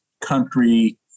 country